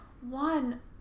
one